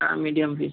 হ্যাঁ medium piece